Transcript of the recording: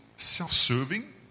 Self-serving